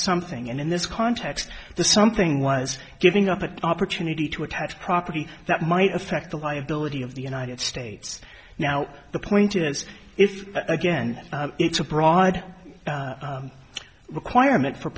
something and in this context the something was giving up an opportunity to attach property that might affect the liability of the united states now the point is if again it's a broad requirement for